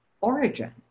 origin